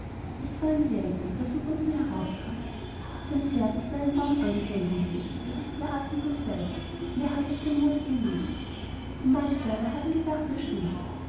es war ein lehrjunge der von unten heraufkam sein pferd ist an einen baum angebunden gewesen berichtete er atemlos weiter und er hat auf dem moose gelegen die marktweiber haben gedacht er schliefe